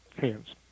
hands